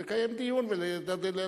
לקיים דיון ולדון.